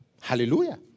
Hallelujah